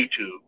YouTube